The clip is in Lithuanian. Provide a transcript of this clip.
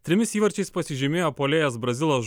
trimis įvarčiais pasižymėjo puolėjas brazilas